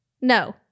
No